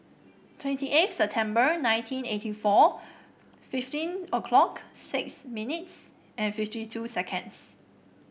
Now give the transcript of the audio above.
twenty eighth September nineteen eighty four fifteen O 'clock six minutes and fifty two seconds